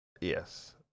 Yes